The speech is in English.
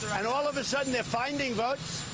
and all of a sudden they're finding votes?